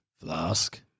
Flask